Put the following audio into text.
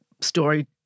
story